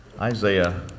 Isaiah